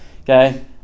Okay